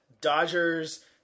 Dodgers